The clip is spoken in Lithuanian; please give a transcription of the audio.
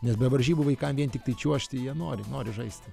nes be varžybų vaikam vien tiktai čiuožti jie nori nori žaisti